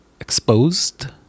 exposed